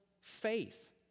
faith